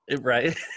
Right